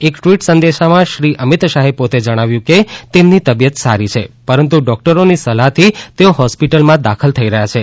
એક ટ્વીટ સંદેશમાં શ્રી અમીત શાહે પોતે જણાવ્યું છે કે તેમની તબિયત સારી છે પરંતુ ડોક્ટરોની સલાહથી તેઓ હોસ્પિટલમાં દાખલ થઇ રહ્યા છે